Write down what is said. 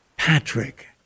Patrick